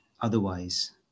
otherwise